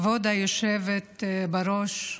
כבוד היושבת-ראש,